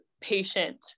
patient